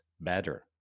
better